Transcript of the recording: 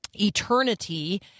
eternity